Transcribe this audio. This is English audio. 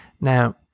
now